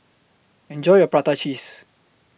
Enjoy your Prata Cheese